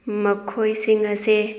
ꯃꯈꯣꯏꯁꯤꯡ ꯑꯁꯦ